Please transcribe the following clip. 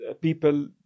people